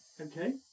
Okay